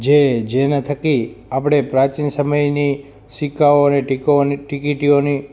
જે જેના થકી આપણે પ્રાચીન સમયની સિક્કાઓની ટિકો અને ટિકીટોની